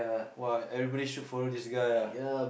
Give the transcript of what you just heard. !wah! everybody should follow this guy ah